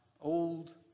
old